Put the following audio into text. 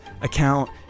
account